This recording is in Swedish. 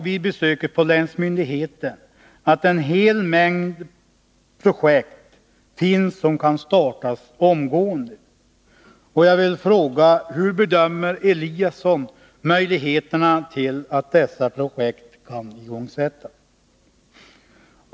Vid besöket på länsmyndigheten omtalades också att det finns en hel mängd projekt som kan startas omgående. Jag vill fråga: Hur bedömer arbetsmarknadsminister Eliasson möjligheterna att dessa projekt kan igångsättas?